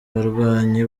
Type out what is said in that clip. barwanyi